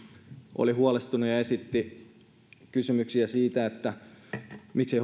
oli huolestunut ja esitti kysymyksiä siitä miksi